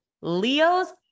Leo's